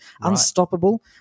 Unstoppable